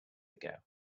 ago